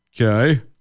Okay